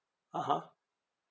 (uh huh)